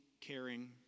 caring